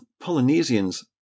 Polynesians